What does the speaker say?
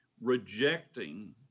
rejecting